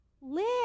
Live